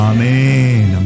Amen